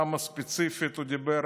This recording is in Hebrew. כמה ספציפית הוא דיבר